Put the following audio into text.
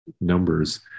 numbers